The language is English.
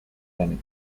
landing